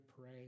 pray